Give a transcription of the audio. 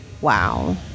Wow